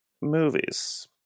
movies